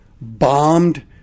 bombed